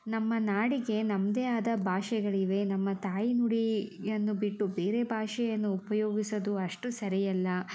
ನಮ್ಮ ನಾಡಿಗೆ ನಮ್ಮದೇ ಆದ ಭಾಷೆಗಳಿವೆ ನಮ್ಮ ತಾಯಿನುಡಿಯನ್ನು ಬಿಟ್ಟು ಬೇರೆ ಭಾಷೆಯನ್ನು ಉಪಯೋಗಿಸೋದು ಅಷ್ಟು ಸರಿ ಅಲ್ಲ